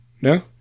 No